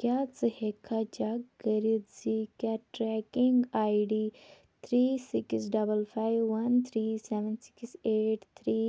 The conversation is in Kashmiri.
کیٛاہ ژٕ ہیٚکٕکھا چیک کٔرتھ زِ کیٛاہ tracking I D three six double five one three seven six eight three